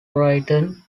written